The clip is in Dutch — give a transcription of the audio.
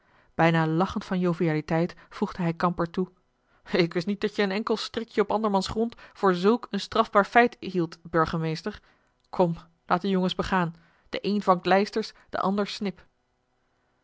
bijna lachend van jovialiteit voegde hij kamper toe ik wist niet dat je een enkel strikje op andermans grond voor zulk een strafbaar feit hieldt burgemeester kom laat de jongens begaan de een vangt lijsters de ander snip